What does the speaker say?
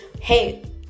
hey